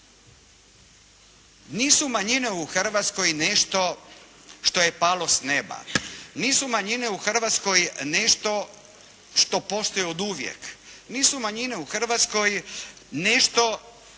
Nisu manjine u Hrvatskoj nešto što je palo s neba, nisu manjine u Hrvatskoj nešto što postoji oduvijek. Nisu manjine u Hrvatskoj nešto